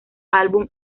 álbum